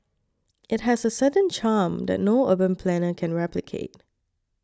it has a certain charm that no urban planner can replicate